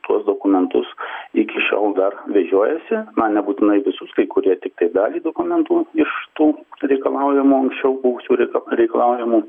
tuos dokumentus iki šiol dar vežiojasi na nebūtinai visus kai kurie tiktai dalį dokumentų iš tų reikalaujamų anksčiau buvusių reika reikalaujamų